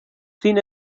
sin